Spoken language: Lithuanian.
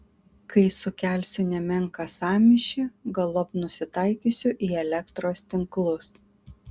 kai sukelsiu nemenką sąmyšį galop nusitaikysiu į elektros tinklus